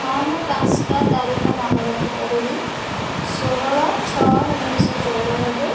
ହଁ ମୁଁ ପାଞ୍ଚଟା ତାରିଖ ମନେ ରଖିପାରିବି ଷୋହଳ ଛଅ ଉଣେଇଶହ ଚଉରାନବେ